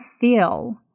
feel